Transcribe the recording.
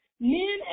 men